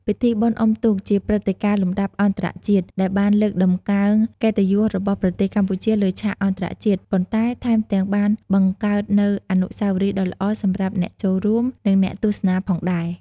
ពិធីបុណ្យអុំទូកជាព្រឹត្តិការណ៍លំដាប់អន្តរជាតិ ដែលបានលើកតម្កើងកិត្តិយសរបស់ប្រទេសកម្ពុជាលើឆាកអន្តរជាតិ ប៉ុន្តែថែមទាំងបានបង្កើតនូវអនុស្សាវរីយ៍ដ៏ល្អសម្រាប់អ្នកចូលរួម និងអ្នកទស្សនាផងដែរ។